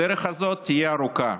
הדרך הזאת תהיה ארוכה.